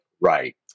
Right